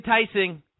enticing